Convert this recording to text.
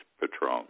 Patron